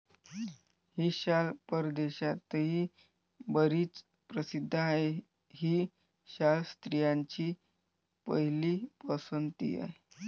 ही शाल परदेशातही बरीच प्रसिद्ध आहे, ही शाल स्त्रियांची पहिली पसंती आहे